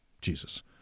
Jesus